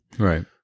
Right